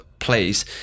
place